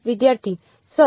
વિદ્યાર્થી સર